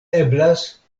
eblas